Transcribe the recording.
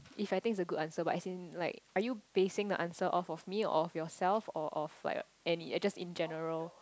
is I think it's a good answer but as in like are you basing the answer off of me or of yourself or of like any uh just in general